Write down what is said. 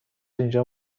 اینجا